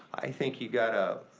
i think you gotta